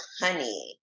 Honey